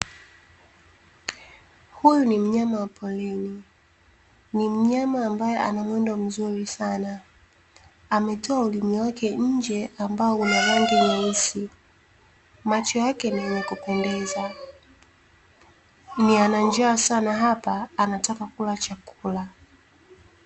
Huyu ni mnyama wa porini, ni mnyama ambaye ana mwendo mzuri sana ametoa ulimi wake nje ambao una rangi nyeusi, macho yake ni ya kupendeza ni ana njaa sana hapa anataka kula chakula.